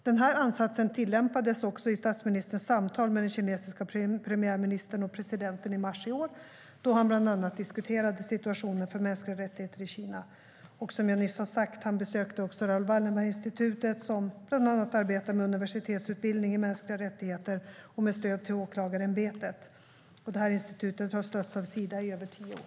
Denna ansats tillämpades också i statsministerns samtal med den kinesiska premiärministern och presidenten i mars i år, då han bland annat diskuterade situationen för mänskliga rättigheter i Kina. Som jag nyss har sagt besökte statsministern också Raoul Wallenberg-institutet, som bland annat arbetar med universitetsutbildning i mänskliga rättigheter och stöd till åklagarämbetet. Institutet har stötts av Sida i över tio år.